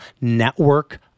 network